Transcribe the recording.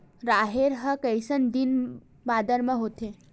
राहेर ह कइसन दिन बादर म होथे?